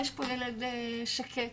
יש פה ילד שקט.